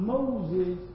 Moses